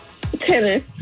Tennis